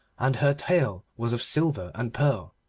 and her tail was of silver and pearl.